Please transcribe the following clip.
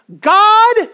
God